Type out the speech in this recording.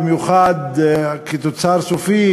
במיוחד כתוצר סופי,